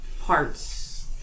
parts